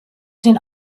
den